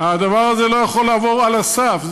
הדבר הזה לא יכול לעבור, על הסף.